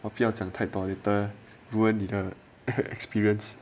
我不讲想太多 later ruined 你的 experience